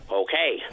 okay